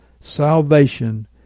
salvation